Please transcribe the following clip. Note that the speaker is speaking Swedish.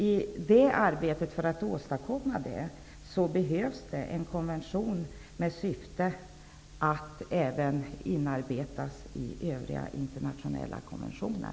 I arbetet för att åstadkomma det behövs det en konvention som skall inarbetas i övriga internationella konventioner.